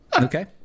Okay